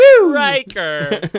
Riker